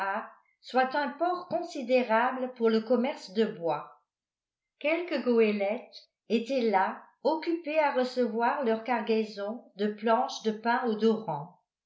soit un port considérable pour le commerce de bois quelques goélettes étaient là occupées à recevoir leur cargaison de planches de pin odorant